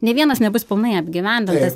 nė vienas nebus pilnai apgyvendintas